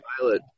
pilot